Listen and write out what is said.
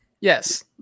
Yes